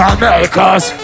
America's